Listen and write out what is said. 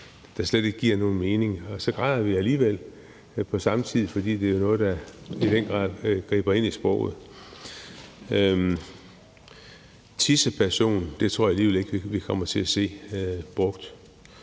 der slet ikke giver nogen mening. Og så græder vi alligevel på samme tid, fordi det i den grad er noget, der griber ind i sproget. Jeg tror alligevel ikke, at vi kommer til at se